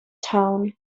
town